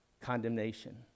condemnation